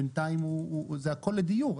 בינתיים זה הכל לדיור,